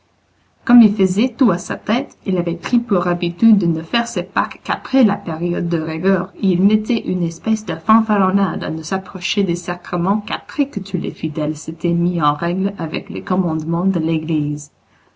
comme il faisait tout à sa tête il avait pris pour habitude de ne faire ses pâques qu'après la période de rigueur et il mettait une espèce de fanfaronnade à ne s'approcher des sacrements qu'après que tous les fidèles s'étaient mis en règle avec les commandements de l'église